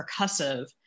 percussive